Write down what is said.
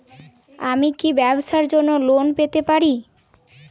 আমি কি ব্যবসার জন্য লোন পেতে পারি?